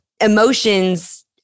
emotions